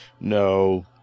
no